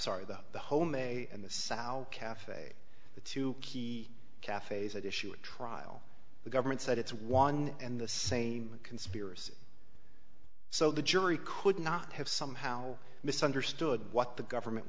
sorry the the home a and the sour cafe the two key cafes at issue a trial the government said it's one and the same conspiracy so the jury could not have somehow misunderstood what the government